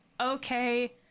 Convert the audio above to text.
okay